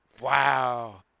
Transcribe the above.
Wow